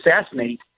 assassinate